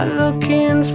looking